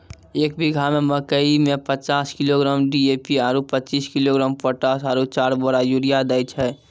एक बीघा मे मकई मे पचास किलोग्राम डी.ए.पी आरु पचीस किलोग्राम पोटास आरु चार बोरा यूरिया दैय छैय?